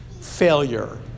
failure